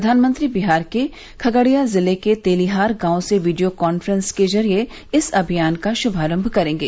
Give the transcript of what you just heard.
प्रधानमंत्री बिहार के खगड़िया जिले के तेलीहार गांव से वीडियो कांफ्रेंस के जरिए इस अभियान का शुभारंभ करेंगे